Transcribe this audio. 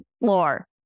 floor